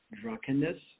drunkenness